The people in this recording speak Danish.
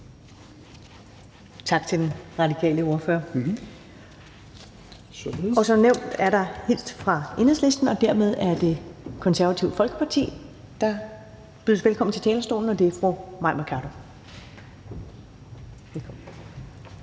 Tak til den radikale ordfører. Som nævnt er der hilst fra Enhedslisten, og dermed er det Det Konservative Folkeparti, der bydes velkommen til talerstolen, og det er fru Mai Mercado. Velkommen.